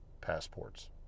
passports